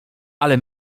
ale